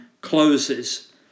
closes